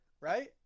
Right